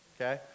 okay